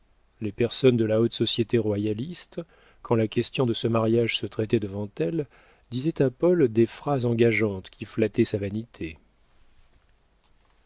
les personnes de la haute société royaliste quand la question de ce mariage se traitait devant elles disaient à paul des phrases engageantes qui flattaient sa vanité